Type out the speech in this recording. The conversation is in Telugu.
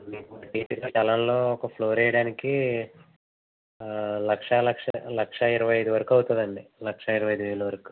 మీ ఉన్న స్థలంలో ఒక ఫ్లోర్ వేయడానికి లక్ష లక్ష ఇరవై ఐదు వరకు అవుతుంది అండి లక్ష ఇరవై ఐదు వేల వరకు